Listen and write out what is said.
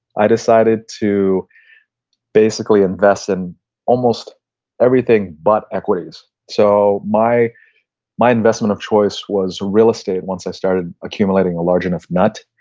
i decided to basically invest in almost everything but equities. so, my my investment of choice was real estate once i started accumulating a large enough nut.